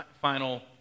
final